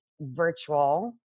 virtual